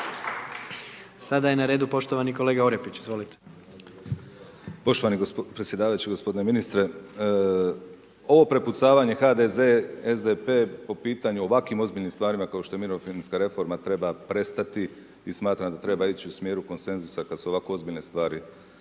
Sad je na redu poštovani kolega Orepić, izvolite. **Orepić, Vlaho (Nezavisni)** Poštovani predsjedavajući, gospodine ministre. Ovo prepucavanje HDZ-SDP po pitanju o ovakvim ozbiljnim stvarima kap što je mirovinska reforma treba prestati i smatram da treba ići u smjeru konsenzusa kad se ovako ozbiljne stvari